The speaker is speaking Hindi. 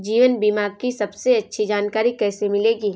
जीवन बीमा की सबसे अच्छी जानकारी कैसे मिलेगी?